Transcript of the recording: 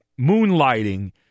moonlighting